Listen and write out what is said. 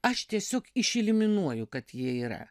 aš tiesiog iš eliminuoju kad jie yra